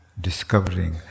discovering